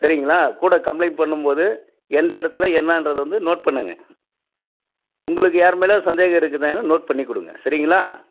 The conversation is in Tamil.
சரிங்களா கூட கம்ப்ளைண்ட் பண்ணும் போது எந்த இடத்தில் என்னான்றதை வந்து நோட் பண்ணுங்கள் உங்களுக்கு யார் மேலேயாவது சந்தேகம் இருக்குதான்னு நோட் பண்ணி கொடுங்கள் சரிங்களா